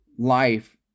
Life